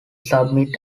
submit